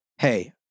hey